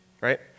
right